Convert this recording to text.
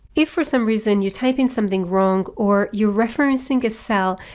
if for some reason you type in something wrong or you're referencing a cell,